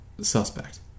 suspect